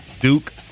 Duke